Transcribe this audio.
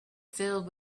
filled